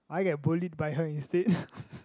I get bullied by her instead